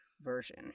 version